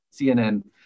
CNN